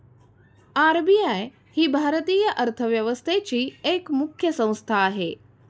RBI ही भारतीय अर्थव्यवस्थेची एक मुख्य संस्था आहे